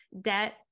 Debt